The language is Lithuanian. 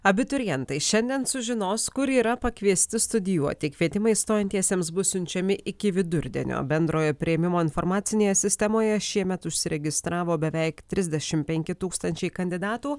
abiturientai šiandien sužinos kur yra pakviesti studijuoti kvietimai stojantiesiems bus siunčiami iki vidurdienio bendrojo priėmimo informacinėje sistemoje šiemet užsiregistravo beveik trisdešimt penki tūkstančiai kandidatų